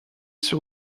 sur